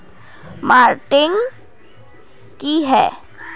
Marketing की है?